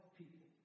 people